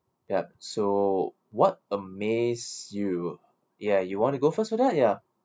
ya so what amaze you ya you want to go first for that ya